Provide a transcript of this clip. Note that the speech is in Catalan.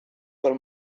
pel